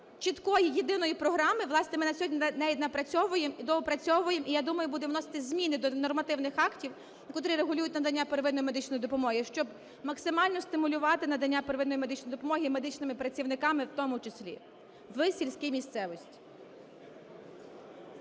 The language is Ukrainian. чіткої єдиної програми… власне, ми на сьогодні напрацьовуємо і доопрацьовуємо. І я думаю, будуть вноситись зміни до нормативних актів, котрі регулюють надання первинної медичної допомоги. Щоб максимально стимулювати надання первинної медичної допомоги медичними працівниками в тому числі в сільській місцевості.